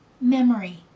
memory